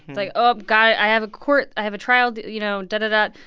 like, oh, got i have a court i have a trial. you know, dah, dah, dah.